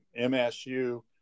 msu